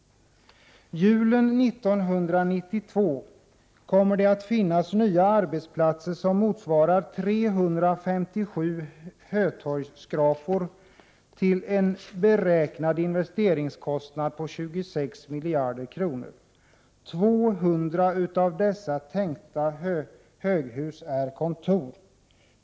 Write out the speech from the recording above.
Julen 1992 kommer det att finnas nya rn SEREeTT arbetsplatser som motsvarar 357 Hötorgsskrapor till en beräknad investeringskostnad på 26 miljarder kronor. 200 av dessa tänkta höghus är kontor.